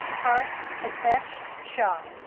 parth hitesh shah